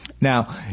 Now